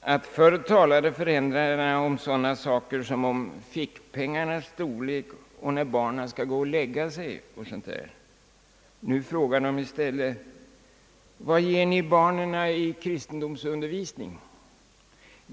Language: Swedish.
att förr talade föräldrarna med lärarna om sådana saker som fickpengarnas storlek och när barnen borde gå och lägga sig. Nu frågar de i stället: Vad ger ni barnen i kristendomsundervisningen?